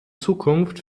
zukunft